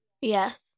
Yes